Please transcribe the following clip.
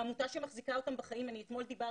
העמותה שמחזיקה אותה בחיים אתמול דיברתי